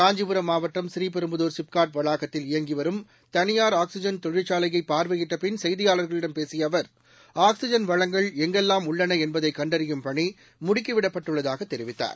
காஞ்சிபுரம் மாவட்டம் பூரீபெரும்புதூர் சிப்காட் வளாகத்தில் இயங்கிவரும் தனியார் ஆக்சிஜன் தொழிற்சாலையை பார்வையிட்டபின் செய்தியாளர்களிடம் பேசிய அவர் ஆக்சிஜன் வளங்கள் எங்கெல்லாம் உள்ளன என்பதை கண்டறியும் பணி முடுக்கிவிடப்பட்டுள்ளதாக அவர் தெரிவித்தார்